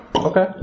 Okay